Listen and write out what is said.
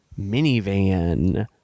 minivan